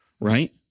Right